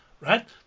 Right